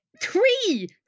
Three